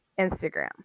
Instagram